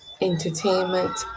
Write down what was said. entertainment